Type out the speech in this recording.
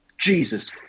Jesus